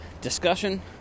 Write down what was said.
discussion